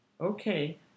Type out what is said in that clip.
Okay